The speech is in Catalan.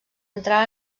entrar